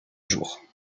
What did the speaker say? jours